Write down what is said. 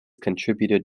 contributed